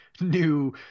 new